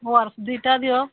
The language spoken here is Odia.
ହଉ ଓ ଆର୍ ଏସ୍ ଦୁଇଟା ଦିଅ